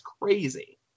crazy